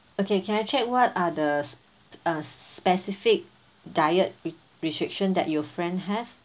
okay can I check what are the s~ uh specific diet re~ restriction that your friend have